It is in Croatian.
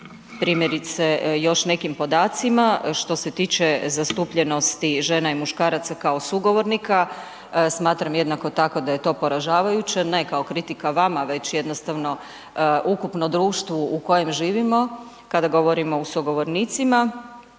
primjerice još nekim podacima što se tiče zastupljenosti žena i muškaraca kao sugovornika, smatram jednako tako da je to poražavajuće, ne kao kritika vama već jednostavno ukupno društvu u kojem živimo kada govorimo o sugovornicima,